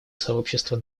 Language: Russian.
сообщества